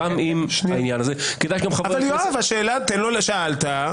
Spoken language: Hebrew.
כדאי שגם --- יואב, שאלת.